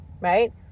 right